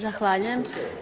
Zahvaljujem.